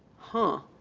huh.